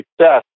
success